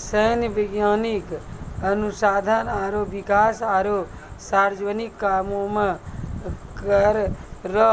सैन्य, वैज्ञानिक अनुसंधान आरो बिकास आरो सार्वजनिक कामो मे कर रो